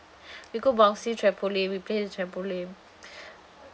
we go bouncing trampoline we play the trampoline